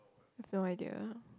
have no idea